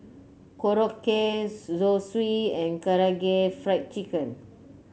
Korokke Zosui and Karaage Fried Chicken